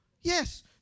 Yes